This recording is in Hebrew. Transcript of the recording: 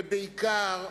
ובעיקר,